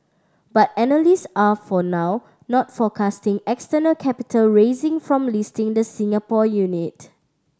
but analyst are for now not forecasting external capital raising from listing the Singapore unit